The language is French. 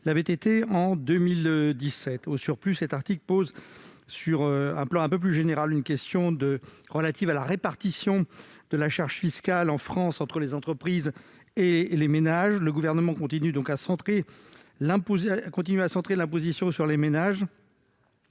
été en 2017. De plus, cet article pose, de manière plus générale, une question relative à la répartition de la charge fiscale en France entre les entreprises et les particuliers. Le Gouvernement continue de centrer l'imposition sur les ménages,